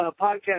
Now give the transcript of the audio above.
podcast